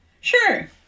Sure